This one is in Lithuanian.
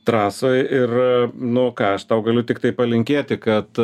trasoj ir nu ką aš tau galiu tiktai palinkėti kad